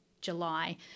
July